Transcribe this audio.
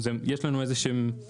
יש לנו בדרך כלל איזו שהיא